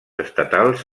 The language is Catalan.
estatals